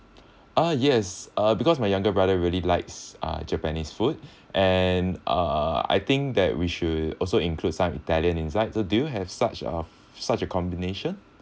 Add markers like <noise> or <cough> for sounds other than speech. <breath> uh yes uh because my younger brother really likes uh japanese food <breath> and uh I think that we should also includes some italian inside so do you have such a such a combination